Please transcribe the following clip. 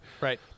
right